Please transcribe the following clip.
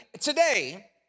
today